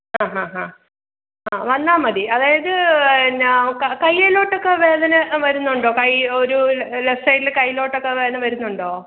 ആ ഹാ ഹാ വന്നാൽ മതി അതായത് എന്നാ കയ്യിലോട്ടൊക്കെ വേദന വരുന്നുണ്ടോ കൈ ഒരു ലെഫ്റ്റ് സൈഡിൽ കയ്യിലോട്ടൊക്കെ വേദന വരുന്നുണ്ടോ